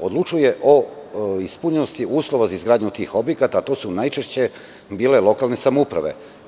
odlučuje o ispunjenosti uslova za izgradnju tih objekata, a to su najčešće bile lokalne samouprave.